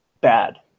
bad